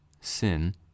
sin